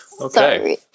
Okay